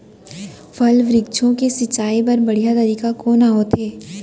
फल, वृक्षों के सिंचाई बर बढ़िया तरीका कोन ह होथे?